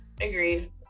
Agreed